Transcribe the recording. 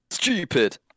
Stupid